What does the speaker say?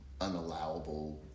unallowable